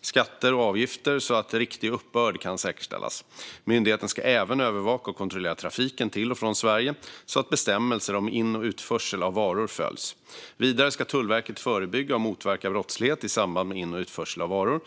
skatter och avgifter så att en riktig uppbörd kan säkerställas. Myndigheten ska även övervaka och kontrollera trafiken till och från Sverige så att bestämmelser om in och utförsel av varor följs. Vidare ska Tullverket förebygga och motverka brottslighet i samband med in och utförsel av varor.